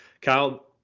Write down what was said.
kyle